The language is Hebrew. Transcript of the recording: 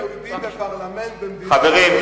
לי יהודי בפרלמנט במדינה, חברים.